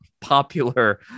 popular